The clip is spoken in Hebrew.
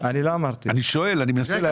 אני שואל, אני מנסה להבין.